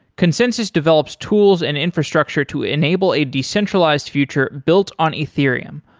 consensys develops tools and infrastructure to enable a decentralized future built on ethereum,